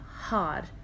hard